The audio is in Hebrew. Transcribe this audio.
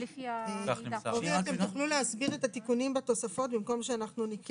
תוכלו להסביר את התיקונים בתוספות במקום שנקרא אותם?